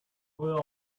who